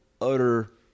utter